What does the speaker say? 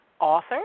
author